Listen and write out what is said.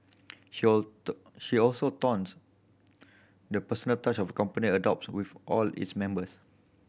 she she also touts the personal touch of company adopts with all its members